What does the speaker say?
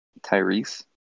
Tyrese